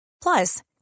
Plus